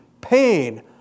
pain